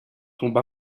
tombe